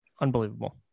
Unbelievable